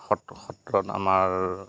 সত্ৰত আমাৰ